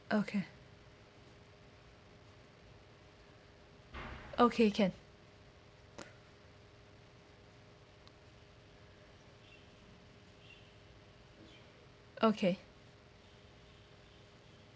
okay okay can okay